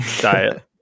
Diet